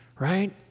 Right